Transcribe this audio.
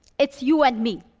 it's you and me.